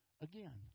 again